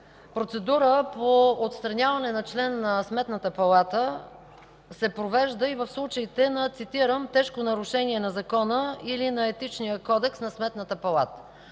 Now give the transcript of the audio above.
процедура по отстраняване на член на Сметната палата се провежда и в случаите на, цитирам: „Тежко нарушение на закона или на Етичния кодекс на Сметната палата”.